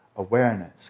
awareness